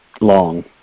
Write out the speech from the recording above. long